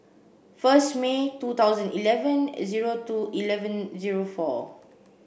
first May two thousand eleven zero two eleven zero four